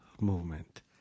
movement